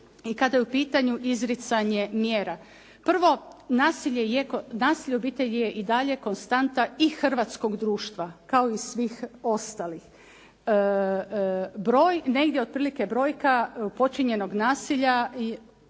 i kada je u pitanju izricanje mjera. Prvo, nasilje u obitelji je i dalje konstanta i hrvatskog društva kao i svih ostalih. Negdje otprilike brojka počinjenog nasilja,